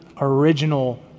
original